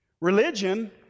Religion